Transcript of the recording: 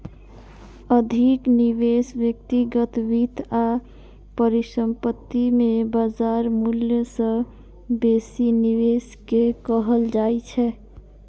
अधिक निवेश व्यक्तिगत वित्त आ परिसंपत्ति मे बाजार मूल्य सं बेसी निवेश कें कहल जाइ छै